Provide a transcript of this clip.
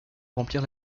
remplir